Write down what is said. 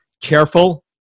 careful